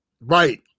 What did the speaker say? Right